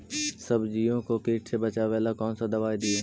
सब्जियों को किट से बचाबेला कौन सा दबाई दीए?